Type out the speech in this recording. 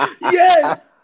Yes